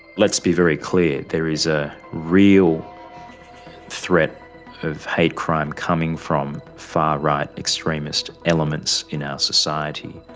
let's be very clear there is a real threat of hate crime coming from far right extremist elements in our society.